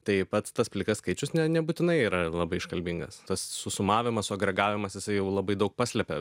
tai pats tas plikas skaičius ne nebūtinai yra labai iškalbingas tas susumavimas suagregavimas jisai jau labai daug paslepia